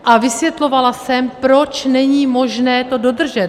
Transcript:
A vysvětlovala jsem, proč není možné to dodržet.